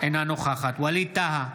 אינה נוכחת ווליד טאהא,